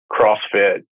CrossFit